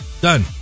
Done